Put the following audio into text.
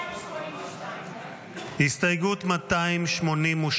282. הסתייגות 282,